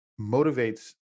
motivates